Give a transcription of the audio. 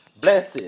blessed